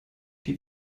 die